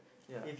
ya